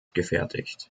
gefertigt